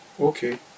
Okay